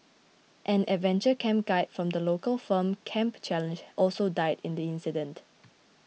an adventure camp guide from the local firm Camp Challenge also died in the incident